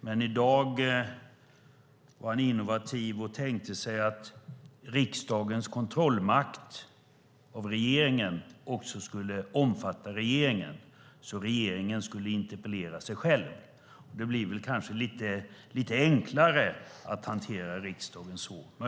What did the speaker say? I dag var han innovativ och tänkte sig att riksdagens kontrollmakt av regeringen också skulle omfatta regeringen, så att regeringen skulle interpellera sig själv. Det blir möjligen lite enklare att hantera riksdagen så.